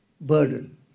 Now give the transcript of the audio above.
burden